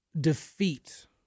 defeat